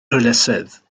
hwylusydd